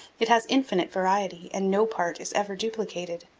it has infinite variety, and no part is ever duplicated.